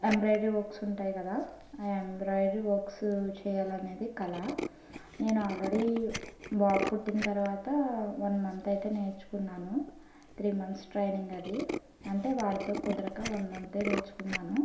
embroidery works ఉంటాయి కదా ఆ ఎంబ్రాయిడరీ వర్క్స్ చేయాలి అనేది కల నేను ఆల్రెడీ బాబు పుట్టిన తర్వాత వన్ మంత్ అయితే నేర్చుకున్నాను త్రీ మంత్స్ ట్రైనింగ్ అది అంటే వాడితో కుదరక వన్ మంత్ నేర్చుకున్నాను